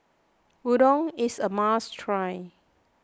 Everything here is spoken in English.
Udon is a must try